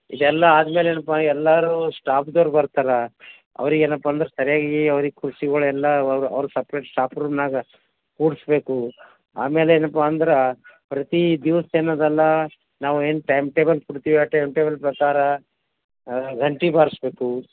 ಇದೆಲ್ಲ ಆದ ಮೇಲೆ ಏನಪ್ಪ ಎಲ್ಲರೂ ಸ್ಟಾಫ್ದವ್ರು ಬರ್ತಾರೆ ಅವ್ರಿಗೆ ಏನಪ್ಪ ಅಂದ್ರೆ ಸರಿಯಾಗಿ ಅವ್ರಿಗೆ ಕುರ್ಚಿಗಳೆಲ್ಲ ಅವ್ರು ಸಪ್ರೇಟ್ ಸ್ಟಾಫ್ ರೂಮ್ನಾಗ ಕೂರಿಸ್ಬೇಕು ಆಮೇಲೆ ಏನಪ್ಪ ಅಂದ್ರೆ ಪ್ರತಿ ದಿವ್ಸ ಎನದಲ್ಲ ನಾವು ಏನು ಟೈಮ್ ಟೇಬಲ್ ಕೊಡ್ತೀವಿ ಆ ಟೈಮ್ ಟೇಬಲ್ ಪ್ರಕಾರ ಗಂಟೆ ಬಾರಿಸ್ಬೇಕು